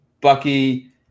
Bucky